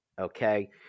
okay